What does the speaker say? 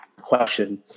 question